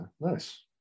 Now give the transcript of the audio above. nice